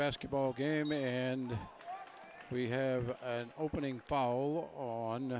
basketball game in and we have an opening fall on